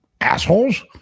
assholes